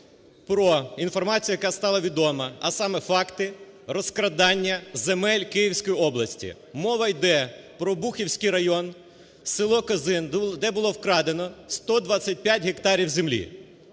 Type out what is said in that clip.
про інформацію яка стала відома. А саме: факти розкрадання земель Київської області. Мова йде про Обухівський район, село Козин, де було вкрадено 125 гектарів землі.